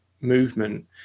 movement